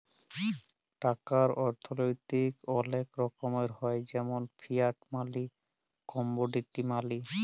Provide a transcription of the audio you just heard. টাকার অথ্থলৈতিক অলেক রকমের হ্যয় যেমল ফিয়াট মালি, কমোডিটি মালি